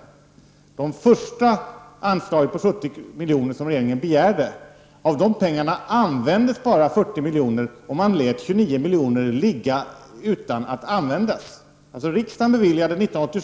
När det gäller det första anslaget på 70 milj.kr. som regeringen begärde, använder man bara 40 milj.kr. och lät 29 milj.kr. ligga utan att användas. Riksdagen beviljade alltså